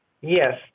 Yes